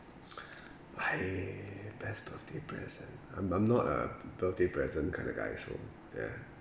ha best birthday present I'm I'm not a birthday present kind of guy also ya